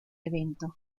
evento